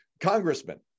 congressman